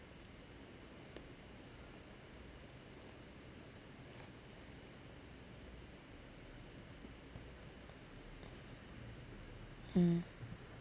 hmm